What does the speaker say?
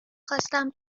خواستم